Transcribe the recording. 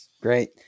great